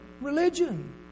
religion